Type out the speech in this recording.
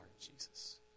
Jesus